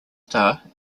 star